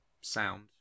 sound